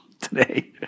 today